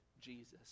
Jesus